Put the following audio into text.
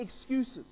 excuses